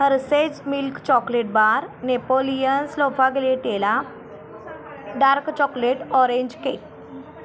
Hershey's milk chocolate bar Napoleon स्लोफागिलेटेला dark chocolate orange cake